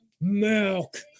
Milk